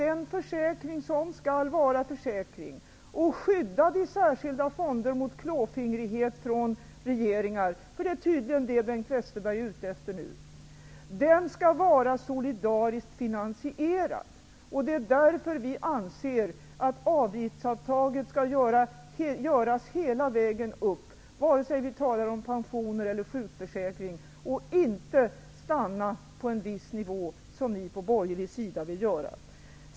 En försäkring skall vara försäkring och därmed skydda de särskilda fonderna mot klåfingrighet från regeringar, för det är tydligen vad Bengt Westerberg är ute efter nu. Den skall vara solidariskt finansierad. Det är därför vi anser att avgiftsuttaget skall göras hela vägen upp, vare sig vi talar om pensioner eller sjukförsäkring. Man skall inte stanna på en viss nivå, som ni på borgerlig sida vill göra.